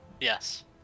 Yes